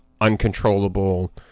uncontrollable